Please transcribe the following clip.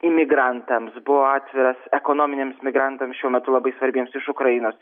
imigrantams buvo atviras ekonominiams migrantams šiuo metu labai svarbiems iš ukrainos